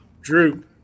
Drew